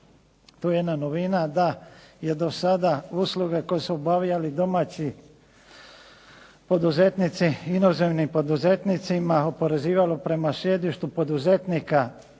to je jedna novina da je do sada usluga koju su obavljali domaći poduzetnici, inozemnim poduzetnicima oporezivalo prema sjedištu poduzetnika,